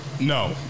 No